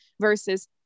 versus